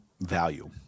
value